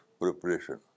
preparation